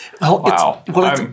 Wow